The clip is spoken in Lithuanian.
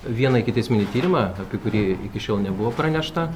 vieną ikiteisminį tyrimą apie kurį iki šiol nebuvo pranešta